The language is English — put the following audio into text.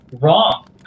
wrong